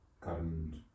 current